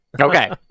Okay